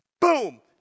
Boom